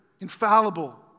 infallible